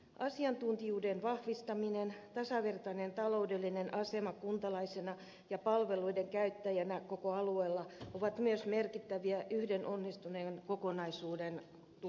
asiantuntijuuden vahvistaminen tasavertainen taloudellinen asema kuntalaisena ja palveluiden käyttäjänä koko alueella ovat myös merkittäviä yhden onnistuneen kokonaisuuden tuloksia